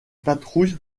patrouille